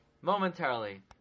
momentarily